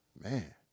man